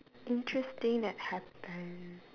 interesting that happen